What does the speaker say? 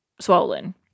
swollen